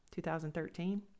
2013